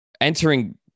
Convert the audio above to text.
entering